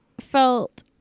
felt